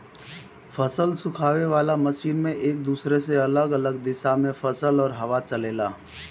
फसल सुखावे वाला मशीन में एक दूसरे से अलग अलग दिशा में फसल और हवा चलेला